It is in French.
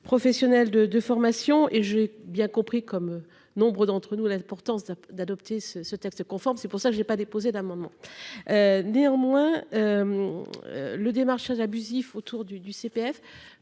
Professionnel de, de formation et j'ai bien compris, comme nombre d'entre nous l'importance d'adopter ce ce texte conforme, c'est pour ça que j'ai pas déposé d'amendement. Néanmoins. Le démarchage abusif autour du du